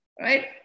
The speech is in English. right